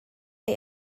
neu